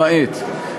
למעט,